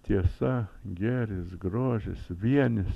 tiesa gėris grožis vienis